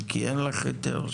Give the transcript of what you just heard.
כי אין לך היתר.